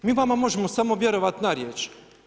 Mi vama možemo samo vjerovati na riječ.